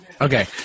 Okay